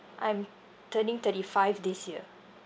I'm turning thirty five this year